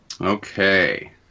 Okay